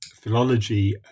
philology